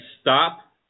stop